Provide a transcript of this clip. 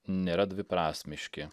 nėra dviprasmiški